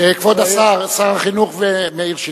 כבוד השר, שר החינוך ומאיר שטרית,